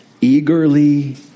Eagerly